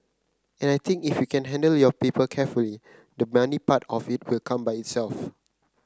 and I think if you can handle your people carefully the money part of it will come by itself